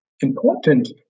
important